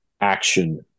action